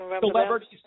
celebrities